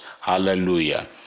Hallelujah